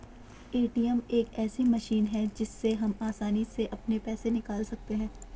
ATM एक ऐसी machine है जिससे हम आसानी से अपने पैसे निकाल सकते हैं